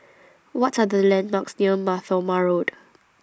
What Are The landmarks near Mar Thoma Road